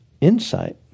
insight